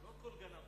לא כל גנב.